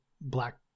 black